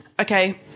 okay